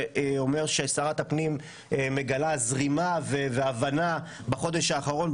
שאומר ששרת הפנים מגלה זרימה והבנה בחודש האחרון,